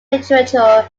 literature